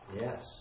Yes